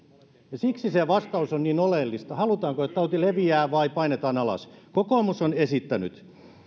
ja siksi on niin oleellista saada vastaus siihen halutaanko että tauti leviää vai että se painetaan alas kokoomus on esittänyt